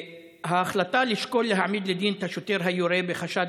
ההחלטה לשקול להעמיד לדין את השוטר היורה בחשד